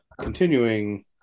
continuing